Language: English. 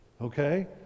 Okay